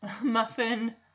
muffin